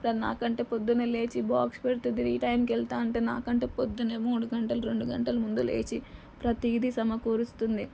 ఎప్పుడన్న నాకంటే పొద్దున్నే లేచి బాక్స్ పెడుతుంది ఈ టైంకి వెళతా అంటే నా కంటే పొద్దునే మూడు గంటలు రెండు గంటలు ముందు లేచి ప్రతీది సమకూరుస్తుంది